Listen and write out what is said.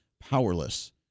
powerless